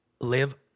live